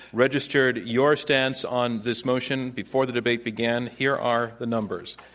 registered your stance on this motion before the debate began. here are the numbers.